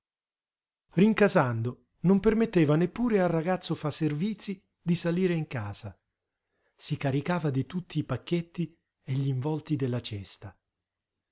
rincasando non permetteva neppure al ragazzo faservizii di salire in casa si caricava di tutti i pacchetti e gl'involti della cesta